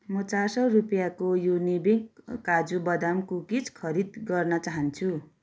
म चार सौ रुपियाँको युनिबिक काजु बदाम कुकिज खरिद गर्न चाहान्छु